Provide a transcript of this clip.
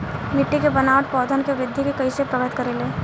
मिट्टी के बनावट पौधन के वृद्धि के कइसे प्रभावित करे ले?